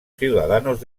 ciudadanos